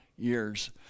Years